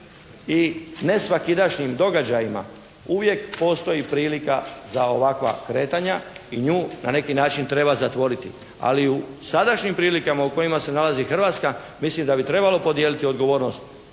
i nesvakidašnjim događajima uvijek postoji prilika za ovakva kretanja. I nju na neki način treba zatvoriti. Ali u sadašnjim prilikama u kojima se nalazi Hrvatska mislim da bi trebalo podijeliti odgovornost